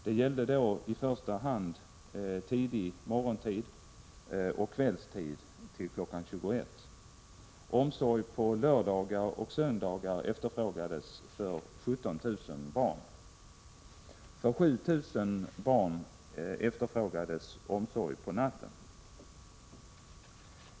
Det gällde då i första hand tidig morgontid och kvällstid fram till kl. 21.00. Omsorg på lördagar och söndagar efterfrågades för 17 000 barn. För 7 000 barn efterfrågades omsorg på natten.